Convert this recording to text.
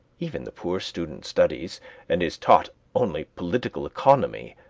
even the poor student studies and is taught only political economy,